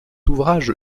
ouvrage